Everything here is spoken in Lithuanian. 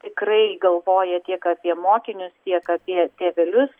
tikrai galvoja tiek apie mokinius tiek apie tėvelius